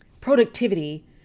Productivity